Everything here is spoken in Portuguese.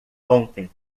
ontem